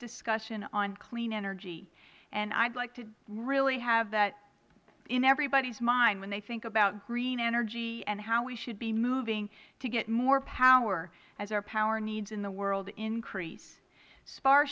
discussion on clean energy and i would like to really have that in everybody's mind when they think about green energy and how we should be moving to get more power as our power needs in the world increase spar